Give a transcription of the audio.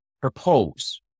propose